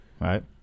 Right